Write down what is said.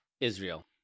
israel